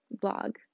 blog